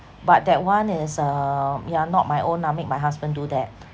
but that one is uh yeah not my own ah make my husband do that